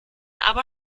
aber